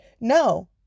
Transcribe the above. No